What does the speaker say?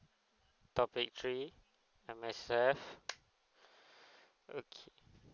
topic three M_S_F okay